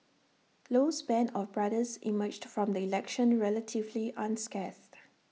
Low's Band of brothers emerged from the election relatively unscathed